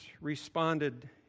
responded